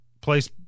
place